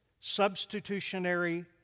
substitutionary